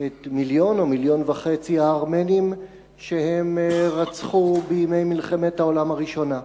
את מיליון או מיליון וחצי הארמנים שהם רצחו בימי מלחמת העולם הראשונה.